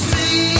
See